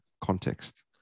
context